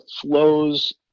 flows